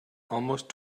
almost